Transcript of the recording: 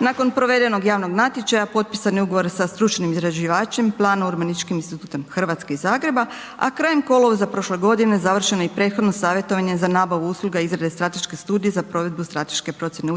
Nakon provedenog javnog natječaja, potpisan je ugovor sa stručnim izrađivačem, plan .../Govornik se ne razumije./... Hrvatske i Zagreba a krajem kolovoza prošle godine završeno je prethodno savjetovanje za nabavu usluga izrade strateške studije za provedbu strateške procjene utjecaja